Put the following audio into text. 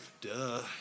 Duh